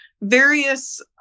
various